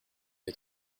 est